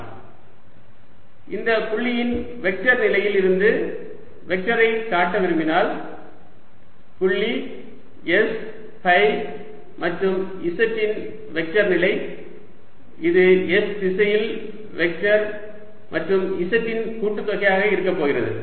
s cosϕx sinϕy ϕ sinϕx cosϕy z z இந்த புள்ளியின் vector நிலையில் இருந்து வெக்டரை காட்ட விரும்பினால் புள்ளி s ஃபை மற்றும் z இன் வெக்டர் நிலை இது s திசையில் வெக்டர் மற்றும் z இன் கூட்டுத் தொகையாக இருக்கப் போகிறது